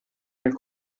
nel